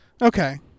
Okay